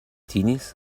teenies